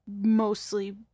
Mostly